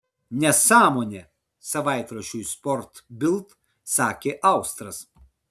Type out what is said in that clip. nesąmonė savaitraščiui sport bild sakė austras